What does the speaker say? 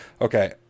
Okay